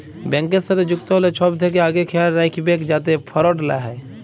ব্যাংকের সাথে যুক্ত হ্যলে ছব থ্যাকে আগে খেয়াল রাইখবেক যাতে ফরড লা হ্যয়